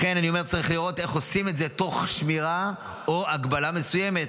לכן צריך לראות איך עושים את זה תוך שמירה או הגבלה מסוימת.